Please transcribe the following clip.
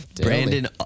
Brandon